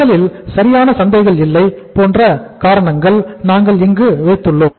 முதலில் சரியான சந்தைகள் இல்லை போன்ற சில காரணங்களை நாங்கள் இங்கு வைத்துள்ளோம்